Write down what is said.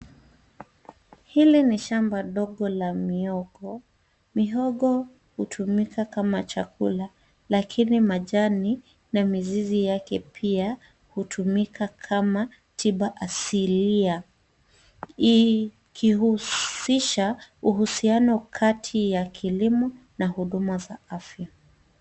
Hili ni shamba dogo la mihogo. Mihogo hutumika kama chakula lakini majani na mizizi yake pia hutumika kama tiba asilia. Ikihusisha uhusiano kati ya kilimo na huduma za afya.